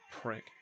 prick